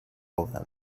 trouble